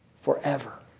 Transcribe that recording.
forever